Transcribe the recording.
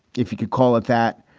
if you could call it that,